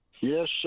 yes